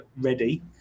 ready